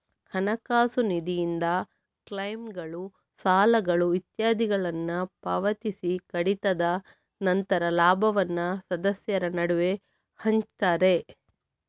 ಹಣಕಾಸು ನಿಧಿಯಿಂದ ಕ್ಲೈಮ್ಗಳು, ಸಾಲಗಳು ಇತ್ಯಾದಿಗಳನ್ನ ಪಾವತಿಸಿ ಕಡಿತದ ನಂತರ ಲಾಭವನ್ನ ಸದಸ್ಯರ ನಡುವೆ ಹಂಚ್ತಾರೆ